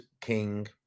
King